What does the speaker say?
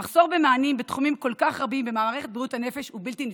המחסור במענה בתחומים רבים כל כך במערכת בריאות הנפש הוא בלתי נתפס.